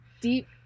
deep